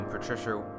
Patricia